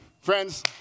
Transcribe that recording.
Friends